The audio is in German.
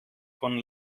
von